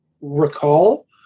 recall